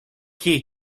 key